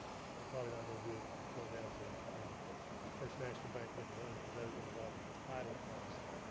they're probably not gonna do it going down to you know first national bank and getting a loan cause that is gonna involve a title policy.